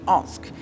ask